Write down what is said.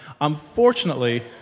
Unfortunately